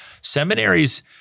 Seminaries